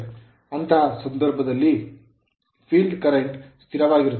ಅಂತಹ ಸಂದರ್ಭದಲ್ಲಿ field current field current ಸ್ಥಿರವಾಗಿರುತ್ತದೆ